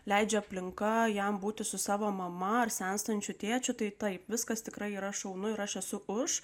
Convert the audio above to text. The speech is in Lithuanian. leidžia aplinka jam būti su savo mama ar senstančiu tėčiu tai taip viskas tikrai yra šaunu ir aš esu už